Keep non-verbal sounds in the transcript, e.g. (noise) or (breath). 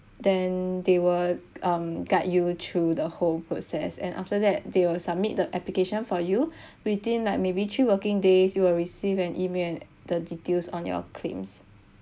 then they will um guide you through the whole process and after that they will submit the application for you (breath) within like maybe three working days you will receive an email the details on your claims